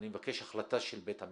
אני מבקש החלטה של בית המשפט.